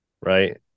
right